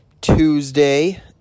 Tuesday